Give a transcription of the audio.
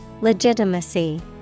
Legitimacy